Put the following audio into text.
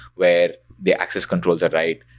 where the access controls are right.